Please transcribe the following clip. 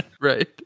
Right